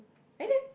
eh then